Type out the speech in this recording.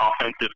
Offensive